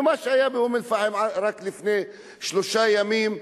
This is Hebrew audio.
מה שהיה באום אל-פחם רק לפני שלושה ימים,